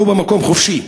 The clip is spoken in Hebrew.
ולא במקום חופשי.